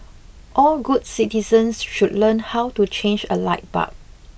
all good citizens should learn how to change a light bulb